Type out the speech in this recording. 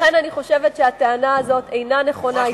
לכן אני חושבת שהטענה הזאת אינה נכונה,